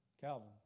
Calvin